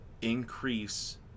increase